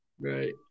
right